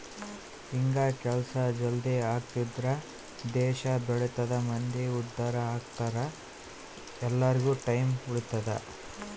ಹಿಂಗ ಕೆಲ್ಸ ಜಲ್ದೀ ಆಗದ್ರಿಂದ ದೇಶ ಬೆಳಿತದ ಮಂದಿ ಉದ್ದಾರ ಅಗ್ತರ ಎಲ್ಲಾರ್ಗು ಟೈಮ್ ಉಳಿತದ